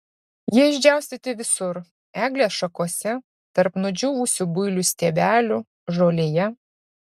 jie išdžiaustyti visur eglės šakose tarp nudžiūvusių builių stiebelių žolėje